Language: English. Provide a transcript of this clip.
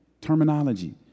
terminology